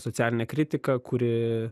socialinė kritika kuri